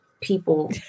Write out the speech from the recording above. people